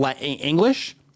English